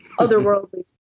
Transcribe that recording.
otherworldly